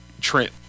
Trent